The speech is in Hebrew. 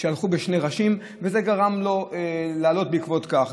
שהלכו בשני ראשים וזה גרם לו לעלות בעקבות כך.